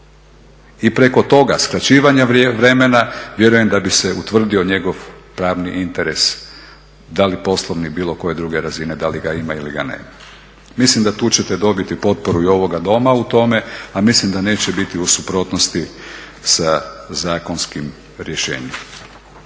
I preko toga skraćivanja vremena vjerujem da bi se utvrdio njegov pravni interes da li poslovne ili bilo kakve druge razine da li ga ima ili ga nema. Mislim da tu ćete dobiti potporu i ovoga Doma u tome a mislim da neće biti u suprotnosti sa zakonskim rješenjem.